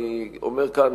אני אומר כאן,